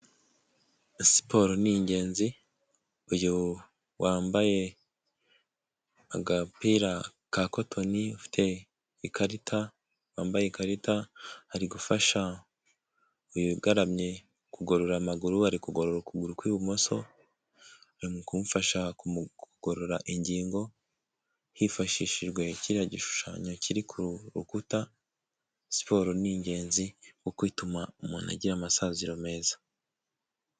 Siporo ni ingenzi ,uyu wambaye agapira ka kotoni ufite ikarita wambaye ikarita ari gufasha uyu ugaramye kugorora amaguru ari kugorora ukuguru kw'ibumoso ari mu kumufasha kugorora ingingo hifashishijwe kiriya gishushanyo kiri ku rukuta siporo ni ingenzi kuko ituma umuntu agira amasaziro meza.